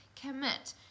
commit